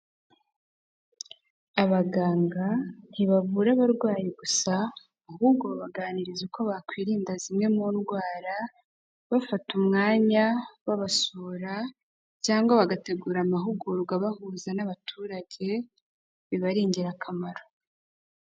Abaganga ntibavura abarwayi gusa, ahubwo baganiriza uko bakwirinda zimwe mu ndwara, bafata umwanya babasura, cyangwa bagategura amahugurwa abahuza n'abaturage biba ari ingirakamaro.